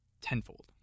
tenfold